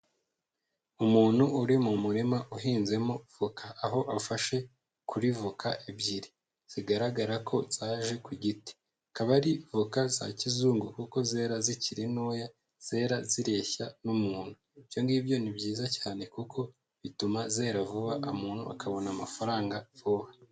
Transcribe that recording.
Umuntu uri mu murima uhinzemo voka, aho afashe kuri voka ebyiri zigaragara ko zaje ku giti, akaba ari voka za kizungu kuko zera zikiri ntoya, zera zireshya n'umuntu, ibyo ngibyo ni byiza cyane kuko bituma zera vuba umuntu akabona amafaranga vuba.